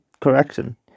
correction